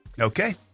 Okay